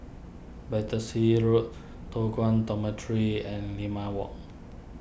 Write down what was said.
Battersea Road Toh Guan Dormitory and Limau Walk